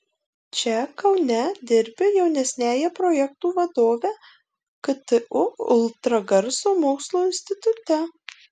čia kaune dirbi jaunesniąja projektų vadove ktu ultragarso mokslo institute